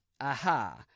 Aha